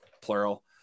plural